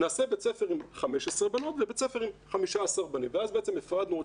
נעשה בית ספר עם 15 בנות ו-15 בנים ואז בעצם הפרדנו עוד